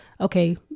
okay